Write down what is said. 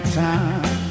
time